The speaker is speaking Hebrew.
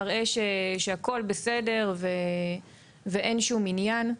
מראה שהכול בסדר ואין שום עניין.